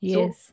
Yes